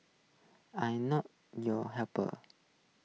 I not your help